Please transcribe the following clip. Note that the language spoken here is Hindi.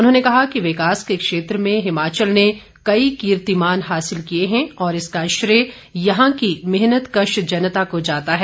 उन्होंने कहा कि विकास के क्षेत्र में हिमाचल ने कई कीर्तिमान हासिल किए हैं और इसका श्रेय यहां की मेहनतकश जनता को जाता है